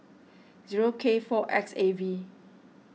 zero K four X A V